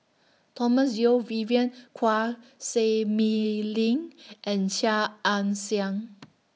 Thomas Yeo Vivien Quahe Seah Mei Lin and Chia Ann Siang